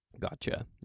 Gotcha